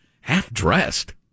Half-dressed